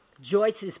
Joyce's